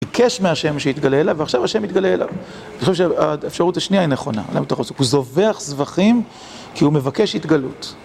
ביקש מה' שיתגלה אליו, ועכשיו ה' מתגלה אליו. אני חושב שהאפשרות השנייה היא נכונה. הוא זובח זבחים כי הוא מבקש התגלות.